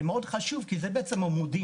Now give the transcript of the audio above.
זה מאוד חשוב כי זה בעצם המודיעין.